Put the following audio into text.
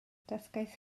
dysgais